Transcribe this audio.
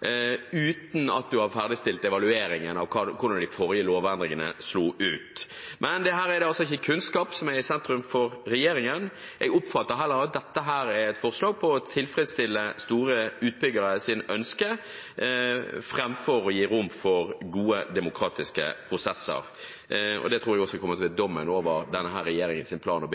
uten at en har ferdigstilt evalueringen av hvordan de forrige lovendringene slo ut. Men her er det altså ikke kunnskap som er i sentrum for regjeringen – jeg oppfatter at dette heller er et forslag for å tilfredsstille store utbyggeres ønsker framfor å gi rom for gode, demokratiske prosesser. Det tror jeg også kommer til å bli dommen over denne regjeringens plan-